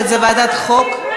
2015,